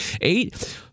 eight –